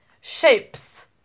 shapes